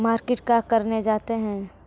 Market का करने जाते हैं?